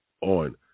on